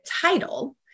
title